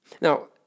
Now